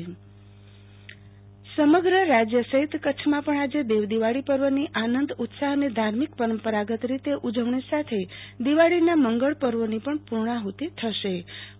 આરતી ભદ્દ સમગ્ર રાજ્ય સહિત કરછમાં પણ આજે દેવ દિવાળી પર્વની આનંદ ઉત્સાફ અને ધાર્મિક પરંપરાગત રિતે ઉજવણીની સાથે દિવાળીનાં મંગળ પર્વોનું પણ પુર્ણાફતી થશે